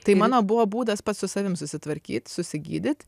tai mano buvo būdas pats su savim susitvarkyt susigydyt